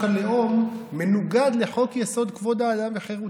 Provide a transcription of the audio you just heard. הלאום מנוגד לחוק-יסוד: כבוד האדם וחירותו,